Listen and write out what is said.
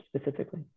specifically